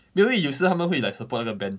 没有因为有时候他们会 like support 那个 band